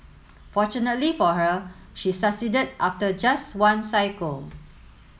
fortunately for her she succeeded after just one cycle